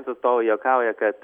atstovai juokauja kad